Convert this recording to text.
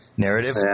narrative